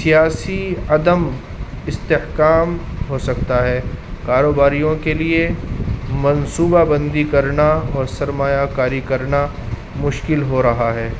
سیاسی عدم استحقام ہو سکتا ہے کاروباریوں کے لیے منصوبہ بندی کرنا اور سرمایہ کاری کرنا مشکل ہو رہا ہے